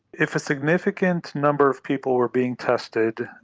if a significant number of people were being tested,